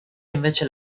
invece